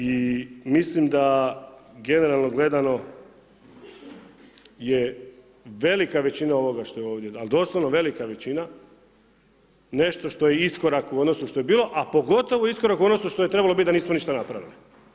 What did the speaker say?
I mislim da generalno gledano, je velika većina ovoga što je ovdje, ali doslovno velika većina nešto što je iskorak u odnosu što je bilo, a pogotovo iskorak u odnosu što je trebalo biti da nismo ništa napravili.